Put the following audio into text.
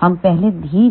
हम पहले ही